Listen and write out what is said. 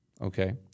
Okay